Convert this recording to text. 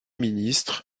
ministre